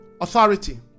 authority